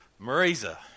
Marisa